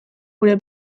gure